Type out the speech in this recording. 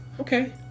Okay